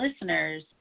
listeners